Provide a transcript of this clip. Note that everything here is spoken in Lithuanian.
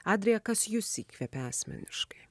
adrija kas jus įkvepia asmeniškai